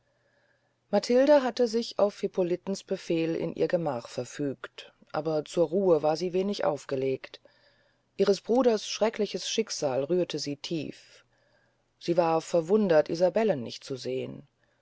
matilde hatte sich auf hippolitens befehl in ihr gemach verfügt aber zur ruhe war sie wenig aufgelegt ihres bruders schreckliches schicksal rührte sie tief sie war verwundert isabellen nicht zu sehn